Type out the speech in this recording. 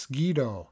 Guido